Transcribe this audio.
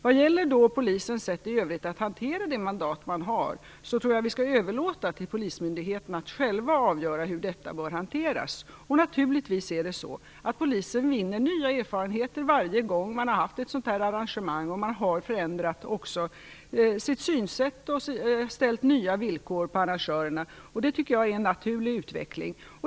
Vad gäller polisens sätt att i övrigt hantera det mandat man har tror jag att vi skall överlåta till polismyndigheterna att själva avgöra hur detta bör hanteras. Naturligtvis är det så, att polisen vinner nya erfarenheter efter varje arrangemang, och man har också förändrat sitt synsätt och ställt nya villkor på arrangörerna. Det tycker jag är en naturlig utveckling.